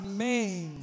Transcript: Amen